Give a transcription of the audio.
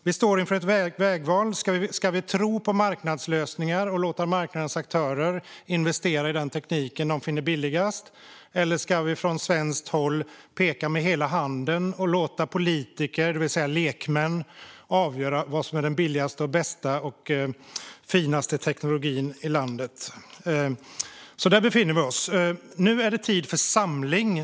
Vi står inför ett vägval: Ska vi tro på marknadslösningar och låta marknadens aktörer investera i den teknik de finner billigast, eller ska vi från svenskt håll peka med hela handen och låta politiker, det vill säga lekmän, avgöra vad som är den billigaste, bästa och finaste teknologin i landet? Där befinner vi oss. Nu är det tid för samling.